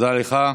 תודה לך.